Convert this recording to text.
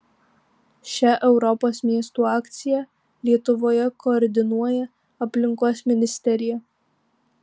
šią europos miestų akciją lietuvoje koordinuoja aplinkos ministerija